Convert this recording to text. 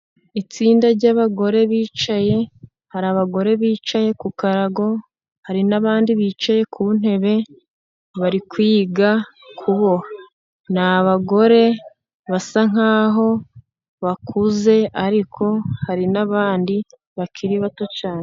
Itsinda ry'abagore bicaye, hari abagore bicaye ku karago, hari n'abandi bicaye ku ntebe, bari kwiga kuboha. Ni abagore basa nkaho bakuze, ariko hari n'abandi bakiri bato cyane.